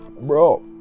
Bro